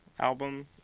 album